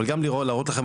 אבל גם להראות לכם,